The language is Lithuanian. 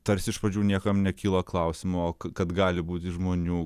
tarsi iš pradžių niekam nekyla klausimo kad gali būti žmonių